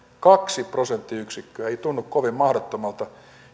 kaksi prosenttiyksikköä ei tunnu kovin mahdottomalta